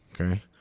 Okay